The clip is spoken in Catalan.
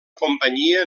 companyia